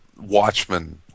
Watchmen